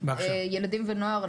ילדים ונוער,